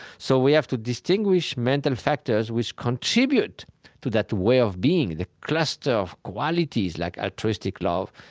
so we have to distinguish mental factors which contribute to that way of being, the cluster of qualities like altruistic love,